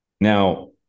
Now